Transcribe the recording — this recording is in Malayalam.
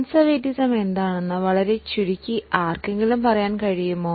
കൺസേർവെറ്റിസം എന്താണെന്ന് വളരെ ചുരുക്കമായി ആർക്കെങ്കിലും പറയാൻ കഴിയുമോ